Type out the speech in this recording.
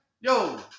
Yo